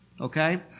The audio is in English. Okay